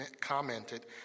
commented